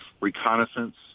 reconnaissance